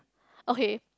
okay